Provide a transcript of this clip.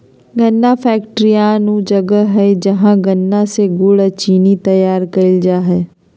गन्ना फैक्ट्रियान ऊ जगह हइ जहां गन्ना से गुड़ अ चीनी तैयार कईल जा हइ